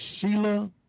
Sheila